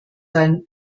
sein